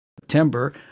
September